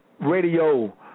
Radio